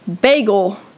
bagel